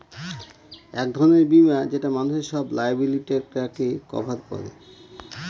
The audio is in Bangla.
এক ধরনের বীমা যেটা মানুষের সব লায়াবিলিটিকে কভার করে